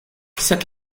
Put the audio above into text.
sed